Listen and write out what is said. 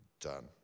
done